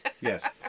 yes